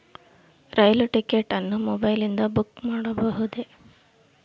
ರೈಲು ticket ಅನ್ನು ಮೊಬೈಲಿಂದ book ಮಾಡಬಹುದೆ?